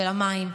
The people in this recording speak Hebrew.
של המים,